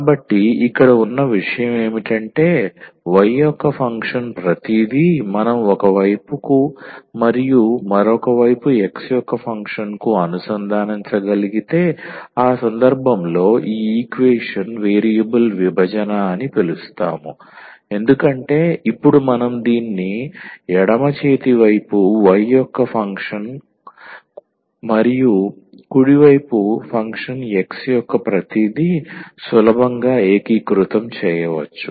కాబట్టి ఇక్కడ ఉన్న విషయం ఏమిటంటే y యొక్క ఫంక్షన్ ప్రతిదీ మనం ఒక వైపుకు మరియు మరొక వైపు x యొక్క ఫంక్షన్కు అనుసంధానించగలిగితే ఆ సందర్భంలో ఈ ఈక్వేషన్ వేరియబుల్ విభజన అని పిలుస్తాము ఎందుకంటే ఇప్పుడు మనం దీన్ని ఎడమ చేతి వైపు y యొక్క ఫంక్షన్ మరియు కుడి వైపు ఫంక్షన్ x యొక్క ప్రతిదీ సులభంగా ఏకీకృతం చేయవచ్చు